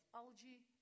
algae